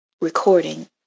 recording